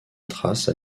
trace